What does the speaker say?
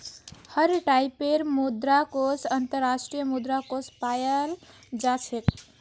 हर टाइपेर मुद्रा कोष अन्तर्राष्ट्रीय मुद्रा कोष पायाल जा छेक